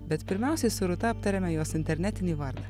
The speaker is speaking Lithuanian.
bet pirmiausiai su rūta aptariame jos internetinį vardą